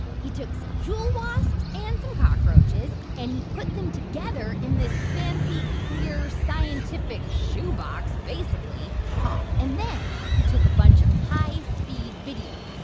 he took some jewel wasps and some cockroaches. and he put them together in this fancy, clear, scientific shoe box, basically huh and then he took a bunch of high-speed video.